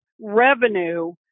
revenue